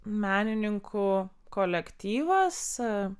menininkų kolektyvas